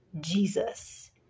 Jesus